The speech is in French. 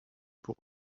pour